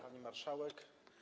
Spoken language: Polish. Pani Marszałek!